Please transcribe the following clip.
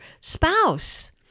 spouse